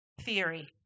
theory